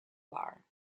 bar